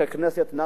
ככנסת,